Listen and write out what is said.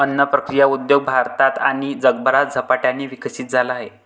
अन्न प्रक्रिया उद्योग भारतात आणि जगभरात झपाट्याने विकसित झाला आहे